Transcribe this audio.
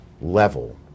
level